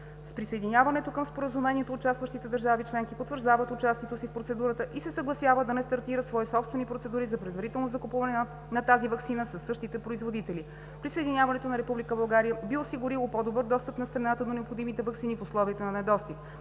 С присъединяването към Споразумението участващите държави членки потвърждават участието си в процедурата и се съгласяват да не стартират свои собствени процедури за предварително закупуване на тази ваксина със същите производители. Присъединяването на Република България би осигурило по добър достъп на страната до необходимите ваксини в условия на недостиг.